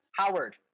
Howard